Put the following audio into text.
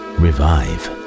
revive